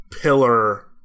pillar